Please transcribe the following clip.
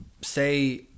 say